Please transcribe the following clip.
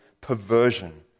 perversion